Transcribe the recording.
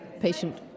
patient